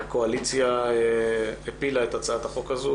הקואליציה הפילה את הצעת החוק הזו,